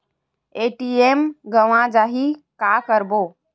ATM गवां जाहि का करबो?